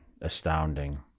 astounding